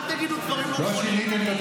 להזכירך.